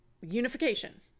unification